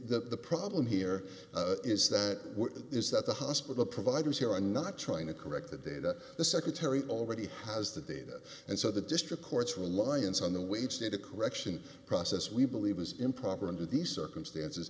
the problem here is that is that the hospital providers here are not trying to correct the data the secretary already has the data and so the district courts reliance on the wage data correction process we believe is improper under these circumstances